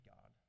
God